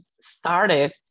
started